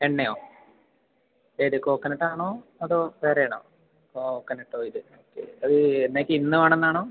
എണ്ണയോ ഏത് കോക്കനറ്റ് ആണോ അതോ വേറെ ആണോ കോക്കനറ്റ് ഓയില് എന്നേക്ക് ഇന്ന് വേണം എന്ന് ആണോ